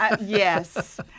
Yes